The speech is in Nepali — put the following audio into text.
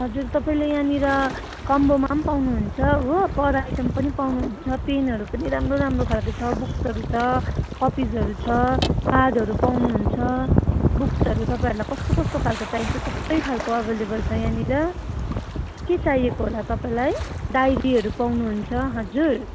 हजुर तपाईँले यहाँनिर कम्बोमा पनि पाउनुहुन्छ हो पर आइटम पनि पाउनुहुन्छ पेनहरू पनि राम्रो राम्रो खालको छ बुक्सहरू छ कपिजहरू छ कार्डहरू पाउनुहुन्छ बुक्सहरू तपाईँहरूलाई कस्तो कस्तो खालको चाहिन्छ सबै खालको अभाइलेबल छ यहाँनिर के चाहिएको होला तपाईँलाई डायरीहरू पाउनुहुन्छ हजुर